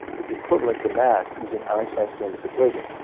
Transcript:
is equivalent to mass using einstein's famous equation,